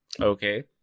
okay